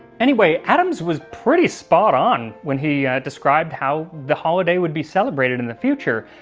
anyway, adams was pretty spot on when he described how the holiday would be celebrated in the future,